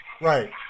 right